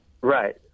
Right